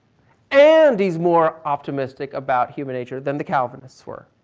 and he's more optimistic about human nature than the calvinist were.